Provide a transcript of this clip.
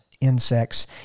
insects